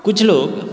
कुछ लोग